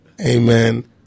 Amen